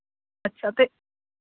ਅੱਛਾ ਅਤੇ